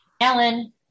Alan